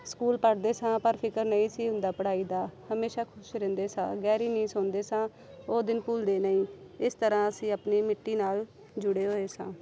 school ਪੜ੍ਹਦੇ ਸਾਂ ਪਰ ਫਿਕਰ ਨਹੀਂ ਸੀ ਹੁੰਦਾ ਪੜ੍ਹਾਈ ਦਾ ਹਮੇਸ਼ਾ ਖੁਸ਼ ਰਹਿੰਦੇ ਸਾਂ ਗਹਿਰੀ ਨੀਂਦ ਸੋਂਦੇ ਸਾਂ ਉਹ ਦਿਨ ਭੁੱਲਦੇ ਨਹੀਂ ਇਸ ਤਰ੍ਹਾਂ ਅਸੀਂ ਆਪਣੀ ਮਿੱਟੀ ਨਾਲ ਜੁੜੇ ਹੋਏ ਸਾਂ